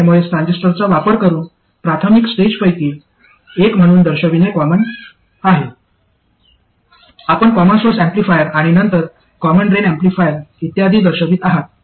हे एमओएस ट्रान्झिस्टरचा वापर करून प्राथमिक स्टेजपैकी एक म्हणून दर्शविणे कॉमन आहे आपण कॉमन सोर्स ऍम्प्लिफायर आणि नंतर कॉमन ड्रेन ऍम्प्लिफायर इत्यादी दर्शवित आहात